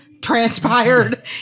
transpired